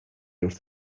wrth